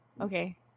Okay